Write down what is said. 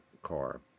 car